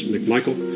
McMichael